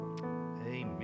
Amen